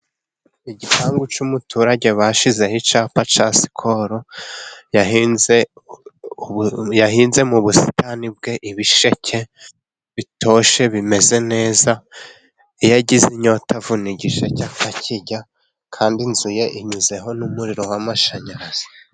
Igipangu cy'umuturage bashizeho icyapa cya sikoro, yahinze mu busitani bwe ibisheke bitoshye, bimeze neza, iyo agize inyota avuna igisheke akakirya, kandi inzu ye inyuzeho n'umuriro w'amashanyarazi